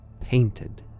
painted